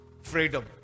freedom